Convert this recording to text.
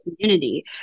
community